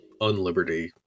unliberty